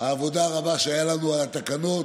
העבודה הרבה שהייתה לנו על התקנות